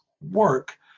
work